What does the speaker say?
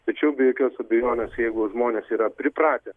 tačiau be jokios abejonės jeigu žmonės yra pripratę